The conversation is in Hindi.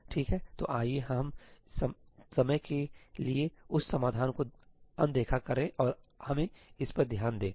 ठीक है तो आइए हम समय के लिए उस समाधान को अनदेखा करें और हमें इस पर ध्यान देंसही